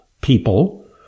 people